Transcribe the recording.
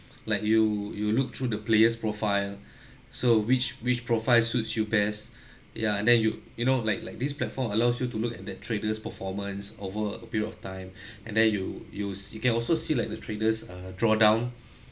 like you you look through the player's profile so which which profile suits you best ya and then you you know like like this platform allows you to look at that traders performance over a period of time and then you use you can also see like the traders uh drawdown